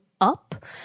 up